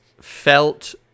felt